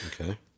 Okay